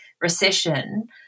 recession